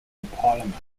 parliament